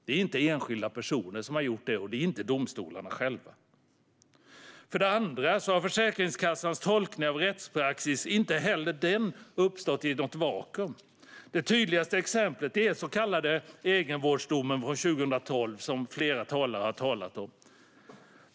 Det är inte enskilda personer och inte domstolarna själva som har gjort det. För det andra har inte heller Försäkringskassans tolkning av rättspraxis uppstått i ett vakuum. Det tydligaste exemplet är den så kallade egenvårdsdomen från 2012, som flera talare har tagit upp.